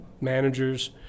managers